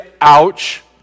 ouch